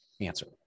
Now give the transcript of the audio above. answer